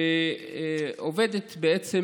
שעובדת בעצם,